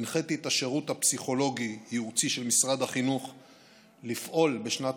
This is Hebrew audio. הנחיתי את השירות הפסיכולוגי-ייעוצי של משרד החינוך לפעול בשנת